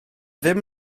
ddim